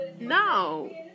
No